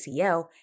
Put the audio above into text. ACL